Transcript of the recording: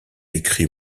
écrit